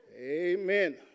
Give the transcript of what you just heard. Amen